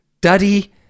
Daddy